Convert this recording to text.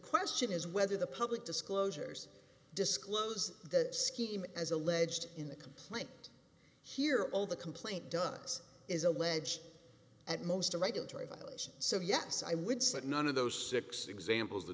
question is whether the public disclosures disclose the scheme as alleged in the complaint here all the complaint does is alleged at most a regulatory violation so yes i would say that none of those six examples the